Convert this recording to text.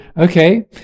okay